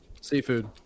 Seafood